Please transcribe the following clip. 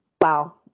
Wow